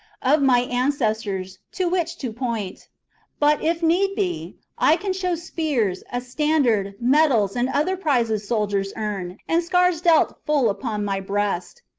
of my ancestors, to which to point but, if need be, i can show spears, a standard, medals, and other prizes soldiers earn, and scars dealt full upon my breast.